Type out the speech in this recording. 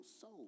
soul